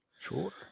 sure